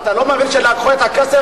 אתה לא מבין שלקחו את הכסף,